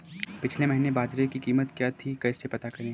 पिछले महीने बाजरे की कीमत क्या थी कैसे पता करें?